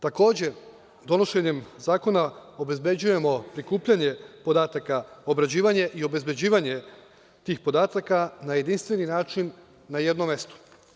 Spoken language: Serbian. Takođe, donošenjem zakona obezbeđujemo prikupljanje podataka, obrađivanje i obezbeđivanje tih podataka na jedinstveni način na jednom mestu.